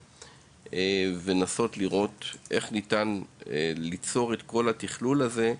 הנחוצים ולנסות לראות איך ניתן לייצר את כל התכלול הזה,